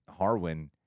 Harwin